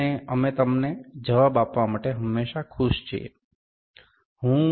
અને અમે તમને જવાબ આપવા માટે હંમેશા ખુશ છીએ